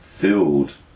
filled